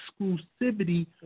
exclusivity